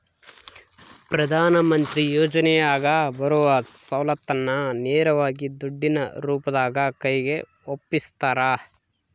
ಪ್ರಧಾನ ಮಂತ್ರಿ ಯೋಜನೆಯಾಗ ಬರುವ ಸೌಲತ್ತನ್ನ ನೇರವಾಗಿ ದುಡ್ಡಿನ ರೂಪದಾಗ ಕೈಗೆ ಒಪ್ಪಿಸ್ತಾರ?